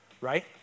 Right